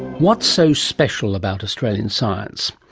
what's so special about australian science?